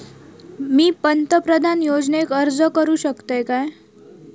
मी पंतप्रधान योजनेक अर्ज करू शकतय काय?